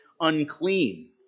unclean